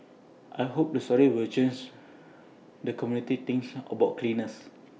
I hope the story will chance the community thinks about cleaners